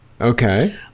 Okay